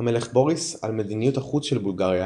המלך בוריס על מדיניות החוץ של בולגריה,